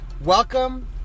Welcome